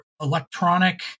electronic